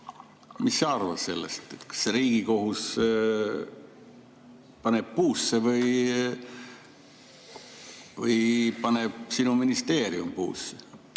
Mis sa arvad sellest? Kas Riigikohus paneb puusse või paneb sinu ministeerium puusse?